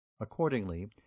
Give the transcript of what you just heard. Accordingly